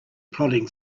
plodding